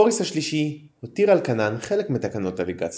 בוריס השלישי הותיר על כנן חלק מתקנות הליגה הצבאית.